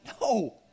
No